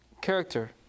character